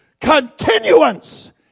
continuance